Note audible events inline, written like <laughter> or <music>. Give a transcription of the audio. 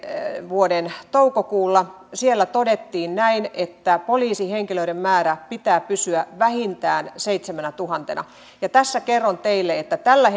vuoden toukokuulla todettiin näin että poliisihenkilöiden määrän pitää pysyä vähintään seitsemänätuhantena ja tässä kerron teille että tällä <unintelligible>